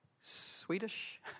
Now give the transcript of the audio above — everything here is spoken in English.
Swedish